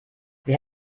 wir